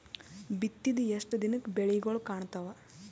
ಬಿತ್ತಿದ ಎಷ್ಟು ದಿನಕ ಬೆಳಿಗೋಳ ಕಾಣತಾವ?